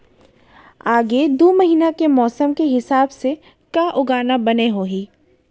आगे दू महीना के मौसम के हिसाब से का उगाना बने होही?